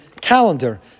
calendar